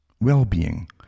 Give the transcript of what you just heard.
Well-being